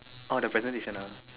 oh the presentation ah